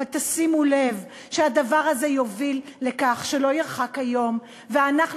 אבל תשימו לב שהדבר הזה יוביל לכך שלא ירחק היום ואנחנו